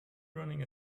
running